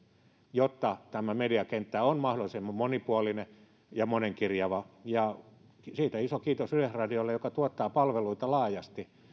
jotta tämä mediakenttä on mahdollisimman monipuolinen ja monenkirjava siitä iso kiitos yleisradiolle joka tuottaa palveluita laajasti